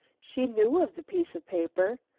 she knew of the piece of paper,